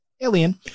alien